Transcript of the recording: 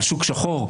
על שוק שחור,